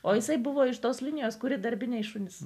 o jisai buvo iš tos linijos kuri darbiniai šunys